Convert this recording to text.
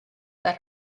that